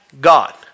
God